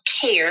care